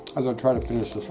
as i try to finish